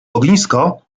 ognisko